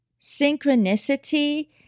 Synchronicity